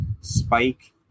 Spike